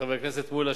חבר הכנסת מולה,